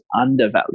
undervalued